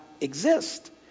exist